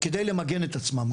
כדי למגן את עצמם.